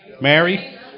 Mary